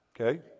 okay